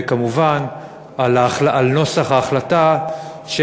וכמובן על נוסח ההחלטה שהוא,